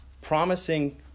promising